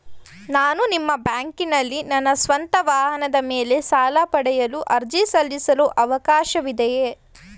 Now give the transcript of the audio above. ನಾನು ನಿಮ್ಮ ಬ್ಯಾಂಕಿನಲ್ಲಿ ನನ್ನ ಸ್ವಂತ ವಾಹನದ ಮೇಲೆ ಸಾಲ ಪಡೆಯಲು ಅರ್ಜಿ ಸಲ್ಲಿಸಲು ಅವಕಾಶವಿದೆಯೇ?